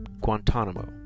Guantanamo